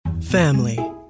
family